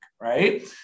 right